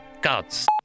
God's